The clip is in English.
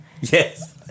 Yes